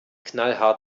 knallhart